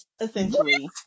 essentially